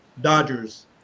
Dodgers